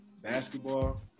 basketball